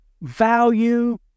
value